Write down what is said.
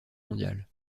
mondiales